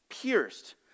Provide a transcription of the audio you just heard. pierced